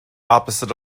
opposite